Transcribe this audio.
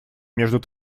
между